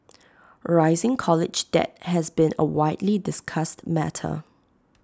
rising college debt has been A widely discussed matter